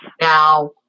Now